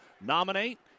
nominate